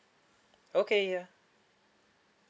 okay ya